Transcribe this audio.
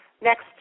next